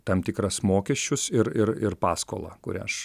tam tikras mokesčius ir ir ir paskolą kurią aš